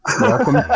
welcome